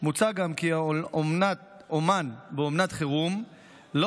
מוצע גם כי על האומן באומנת חירום לא